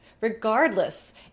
regardless